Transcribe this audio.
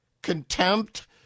Contempt